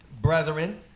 Brethren